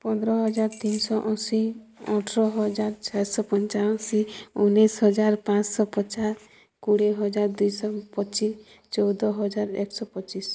ପନ୍ଦର ହଜାର ତିନି ଶହ ଅଶୀ ଅଠର ହଜାର ଛଅ ଶହ ପଞ୍ଚାଅଶୀ ଉଣେଇଶି ହଜାର ପାଞ୍ଚ ଶହ ପଚାଶ କୋଡ଼ିଏ ହଜାର ଦୁଇ ଶହ ପଚିଶି ଚଉଦ ହଜାର ଏକଶହ ପଚିଶି